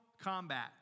combat